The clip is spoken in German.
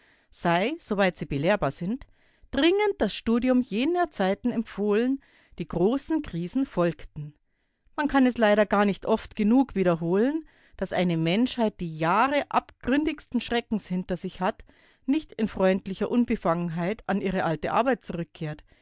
sei soweit sie belehrbar sind dringend das studium jener zeiten empfohlen die großen krisen folgten man kann es leider gar nicht oft genug wiederholen daß eine menschheit die jahre abgründigsten schreckens hinter sich hat nicht in freundlicher unbefangenheit an ihre alte arbeit zurückkehrt